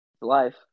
Life